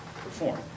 perform